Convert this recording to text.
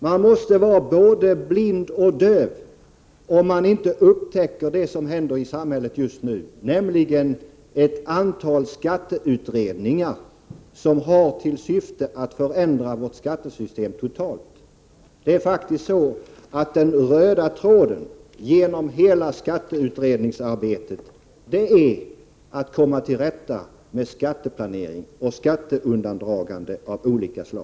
Man måste vara både blind och döv om man inte upptäcker det som pågår i samhället just nu, nämligen ett antal skatteutredningar som har till syfte att förändra vårt skattesystem totalt. Det är faktiskt så, att den röda tråden genom hela skatteutredningsarbetet är att komma till rätta med skatteplanering och skatteundandragande av olika slag.